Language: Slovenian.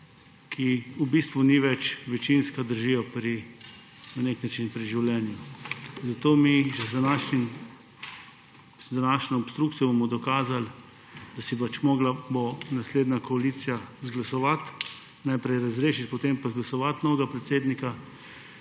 ki v bistvu ni več večinska, držijo na nek način pri življenju. Z današnjo obstrukcijo bomo dokazali, da si bo morala naslednja koalicija izglasovati, najprej razrešiti, potem pa izglasovati novega predsednika.